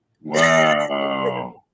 Wow